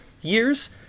years